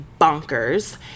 bonkers